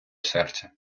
серця